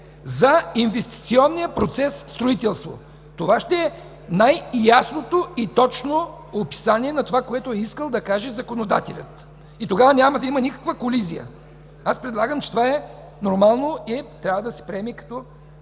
за инвестиционния процес „строителство”.” Това ще е най-ясното и точно описание на това, което е искал да каже законодателят. Тогава няма да има никаква колизия. Мисля, че това е нормално и трябва да се приеме като